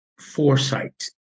foresight